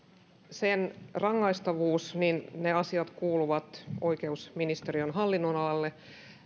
sen rangaistavuus ne asiat kuuluvat oikeusministeriön hallinnonalalle